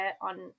on